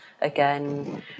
again